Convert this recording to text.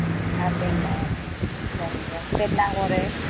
ம் அப்படிங்களா சரிங்க சரி நாங்கள் ஒரு